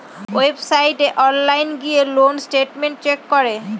ওয়েবসাইটে অনলাইন গিয়ে loan statement check করে